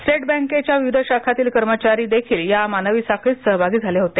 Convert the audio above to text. state बँकेच्या विविध शाखांतील कर्मचारी देखील या मानवी साखळीतसहभागी झाले होते